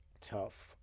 tough